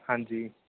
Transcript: ਹਾਂਜੀ